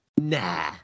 Nah